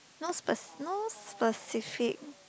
no speci~ no specific